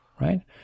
right